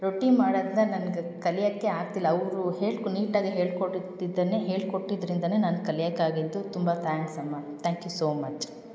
ರೊಟ್ಟಿ ಮಾಡೋದ್ನ ನನ್ಗೆ ಕಲಿಯೋಕ್ಕೇ ಆಗ್ತಿಲ್ಲ ಅವರು ಹೇಳಿ ಕು ನೀಟಾಗಿ ಹೇಳ್ಕೊಟ್ಟಿದ್ದನ್ನೇ ಹೇಳ್ಕೊಟ್ಟಿದ್ರಿಂದಲೇ ನಾನು ಕಲಿಯಕ್ಕಾಗಿದ್ದು ತುಂಬ ತ್ಯಾಂಕ್ಸ್ ಅಮ್ಮ ತ್ಯಾಂಕ್ ಯು ಸೋ ಮಚ್